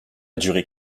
durer